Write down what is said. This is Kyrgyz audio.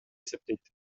эсептейт